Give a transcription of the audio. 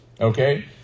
Okay